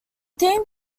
theme